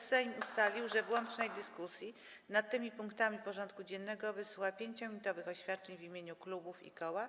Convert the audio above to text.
Sejm ustalił, że w łącznej dyskusji nad tymi punktami porządku dziennego wysłucha 5-minutowych oświadczeń w imieniu klubów i koła.